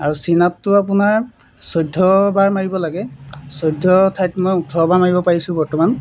আৰু চিন আপটো আপোনাৰ চৈধ্যবাৰ মাৰিব লাগে চৈধ্য ঠাইত মই ওঠৰবাৰ মাৰিব পাৰিছোঁ বৰ্তমান